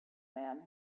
man